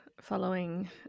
following